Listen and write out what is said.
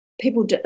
People